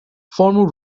formal